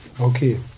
Okay